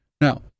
Now